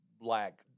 black